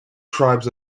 tribes